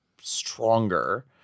stronger